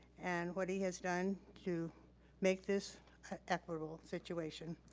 and what he has done to make this a equitable situation.